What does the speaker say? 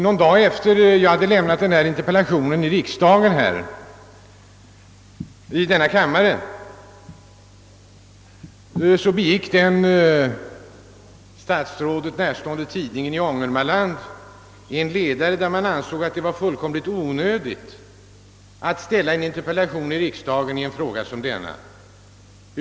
Någon dag efter det att jag framställt min interpellation hade en statsrådet närstående tidning i Ångermanland en ledare, i vilken man gav uttryck för uppfattningen att det var fullkomligt onödigt att interpellera i riksdagen i en fråga som denna.